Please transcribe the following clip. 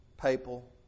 papal